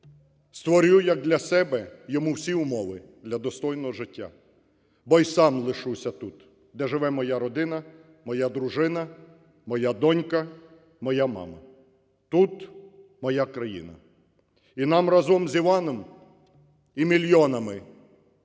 створю, як для себе, йому всі умови для достойного життя, бо і сам лишуся тут, де живе моя родина, моя дружина, моя донька, моя мама. Тут моя країна. І нам разом з Іваном і мільйонами